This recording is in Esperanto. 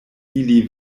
ili